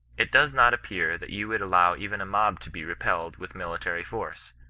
it does not appear that you would allow even a mob to be repelled with military force,